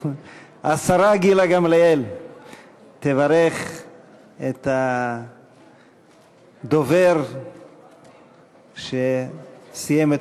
השרה גילה גמליאל תברך את הדובר שסיים את